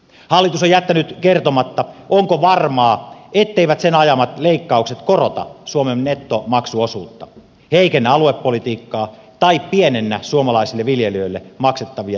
hallitus on jättänyt kertomatta onko varmaa etteivät sen ajamat leikkaukset korota suomen nettomaksuosuutta heikennä aluepolitiikkaa tai pienennä suomalaisille viljelijöille maksettavia yksikkötukia